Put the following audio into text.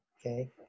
okay